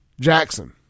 Jackson